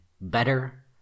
better